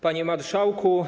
Panie Marszałku!